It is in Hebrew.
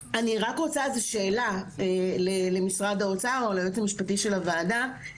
זו שאלה למשרד האוצר או ליועץ המשפטי של הוועדה.